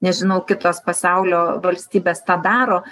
nežinau kitos pasaulio valstybės tą daro